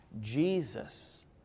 Jesus